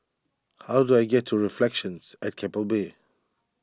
how do I get to Reflections at Keppel Bay